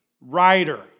writer